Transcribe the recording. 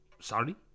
Sorry